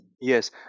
Yes